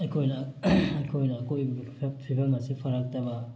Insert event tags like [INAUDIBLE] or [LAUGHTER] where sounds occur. ꯑꯩꯈꯣꯏꯅ ꯑꯩꯈꯣꯏꯅ ꯑꯀꯣꯏꯕꯒꯤ [UNINTELLIGIBLE] ꯐꯤꯕꯝ ꯑꯁꯤ ꯐꯔꯛꯇꯕ